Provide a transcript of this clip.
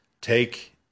Take